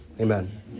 Amen